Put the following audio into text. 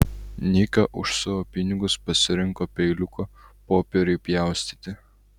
nika už savo pinigus pasirinko peiliuką popieriui pjaustyti